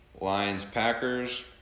Lions-Packers